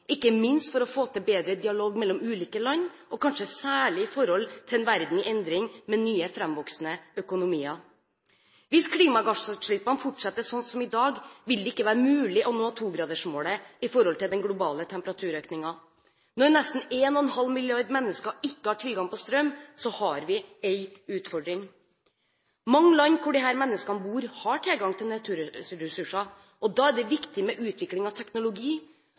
ikke minst for å få til bedre dialog mellom ulike land, og kanskje særlig i en verden i endring, med nye framvoksende økonomier. Hvis klimagassutslippene fortsetter sånn som i dag, vil det ikke være mulig å nå 2-gradersmålet i forhold til den globale temperaturøkningen. Når nesten 1 ½ milliarder mennesker ikke har tilgang på strøm, har vi en utfordring. Mange land hvor disse menneskene bor, har tilgang til naturressurser, og da er det viktig med utvikling av teknologi,